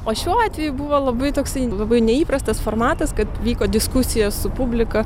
o šiuo atveju buvo labai toksai labai neįprastas formatas kad vyko diskusijos su publika